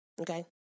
Okay